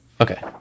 Okay